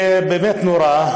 זה באמת נורא,